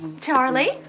Charlie